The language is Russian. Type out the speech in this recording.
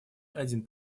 один